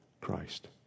Christ